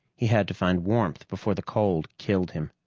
he had to find warmth before the cold killed him.